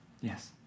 Yes